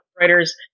writers